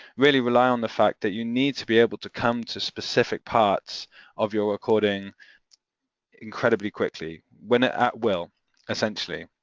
really rely on the fact that you need to be able to come to specific parts of your recording incredibly quickly, when ah at will essentially,